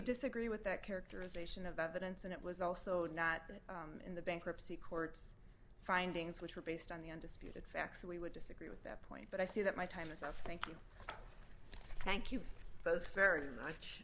disagree with that characterization of evidence and it was also not that in the bankruptcy courts findings which were based on the undisputed facts we would disagree that point but i see that my time is up thank you thank you both very much